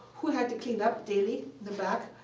who had to clean up daily the back,